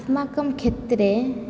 अस्माकं क्षेत्रे